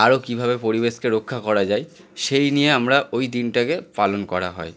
আরও কীভাবে পরিবেশকে রক্ষা করা যায় সেই নিয়ে আমরা ওই দিনটাকে পালন করা হয়